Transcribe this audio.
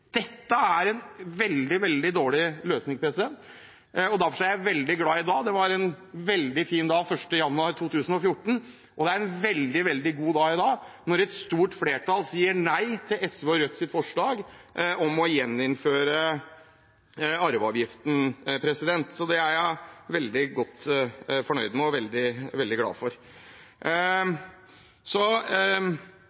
Dette er en veldig dårlig løsning, og derfor er jeg veldig glad i dag. Det var en veldig fin dag 1. januar 2014, og det er en veldig god dag i dag, når et stort flertall sier nei til SV og Rødts forslag om å gjeninnføre arveavgiften. Det er jeg veldig godt fornøyd med og veldig glad for.